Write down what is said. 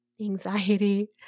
anxiety